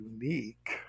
unique